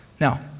now